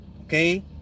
Okay